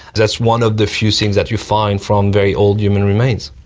that's one of the few things that you find from very old human remains.